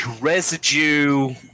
residue